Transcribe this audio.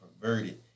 perverted